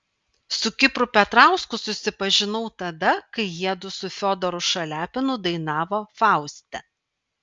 su kipru petrausku susipažinau tada kai jiedu su fiodoru šaliapinu dainavo fauste